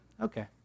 okay